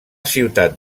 ciutat